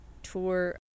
tour